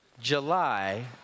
July